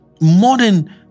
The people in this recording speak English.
modern